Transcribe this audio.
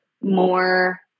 more